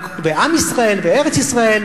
עם ישראל וארץ-ישראל,